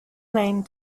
lane